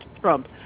Trump